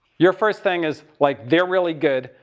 your first thing is like, they're really good,